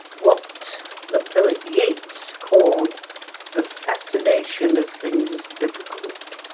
what the poet yates called the fascination of things difficult.